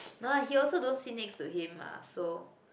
no lah he also don't sit next to him mah so